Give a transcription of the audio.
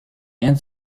and